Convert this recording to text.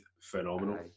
phenomenal